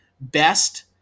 best